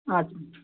हजुर